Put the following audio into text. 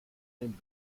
den